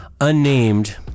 unnamed